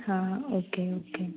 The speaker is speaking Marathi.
हां ओके ओके